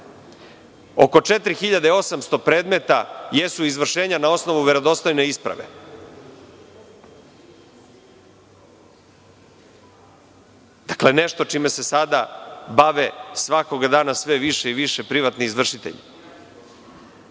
oko 4.800 predmeta jesu izvršenja na osnovu verodostojne isprave. Dakle, nešto čime se sada bave svakog dana sve više i više privatni izvršitelji.